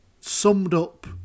summed-up